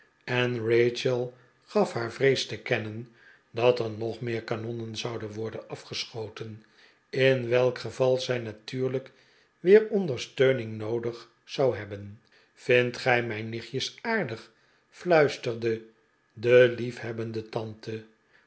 en rachel gaf haar vrees te kennen dat er nog meer kanonnen zouden worden afgeschoten in welk geval zij natuurlijk weer ondersteuning noodig zou hebben vindt gij mijn niehtjes aardig fluisterde de liefhebbende tante